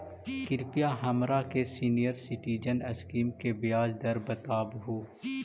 कृपा हमरा के सीनियर सिटीजन स्कीम के ब्याज दर बतावहुं